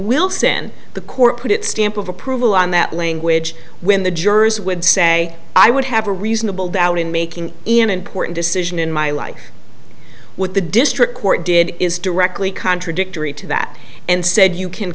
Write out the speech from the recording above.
wilson the court put its stamp of approval on that language when the jurors would say i would have a reasonable doubt in making an important decision in my life with the district court did is directly contradictory to that and said you can